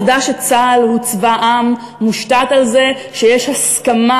העובדה שצה"ל הוא צבא עם מושתתת על זה שיש הסכמה